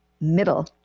middle